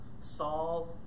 Saul